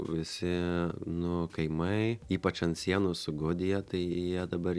visi nu kaimai ypač ant sienos su gudija tai jie dabar